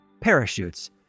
Parachutes